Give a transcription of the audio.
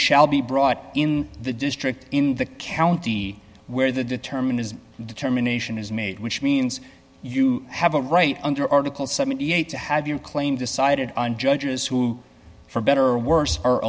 shall be brought in the district in the county where the determinism determination is made which means you have a right under article seventy eight dollars to have your claim decided on judges who for better or worse our